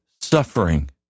suffering